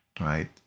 right